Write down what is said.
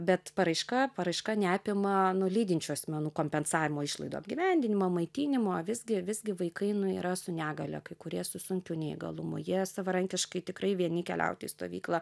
bet paraiška paraiška neapima nu lydinčių asmenų kompensavimo išlaidų apgyvendinimo maitinimo visgi visgi vaikai yra su negalia kai kurie su sunkiu neįgalumu jie savarankiškai tikrai vieni keliauti į stovyklą